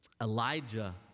Elijah